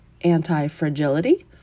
anti-fragility